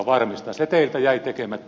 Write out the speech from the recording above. se teiltä jäi tekemättä